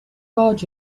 god